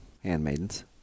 handmaidens